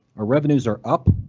our revenues are up,